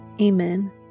Amen